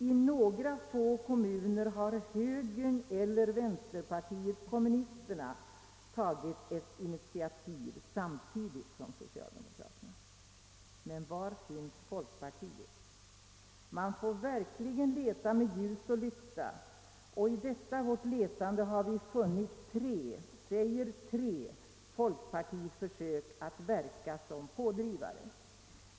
I några få kommuner har högern eller vänsterpartiet kommunisterna tagit ett initiativ samtidigt som socialdemokraterna. Men var finns folkpartiet? Man får verkligen leta med ljus och lykta, och i detta vårt letande har vi funnit tre — säger tre — folkpartiförsök att verka som pådrivare.